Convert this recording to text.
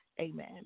Amen